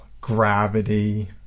gravity